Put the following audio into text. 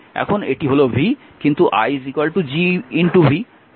এখন এটি হল v কিন্তু i G v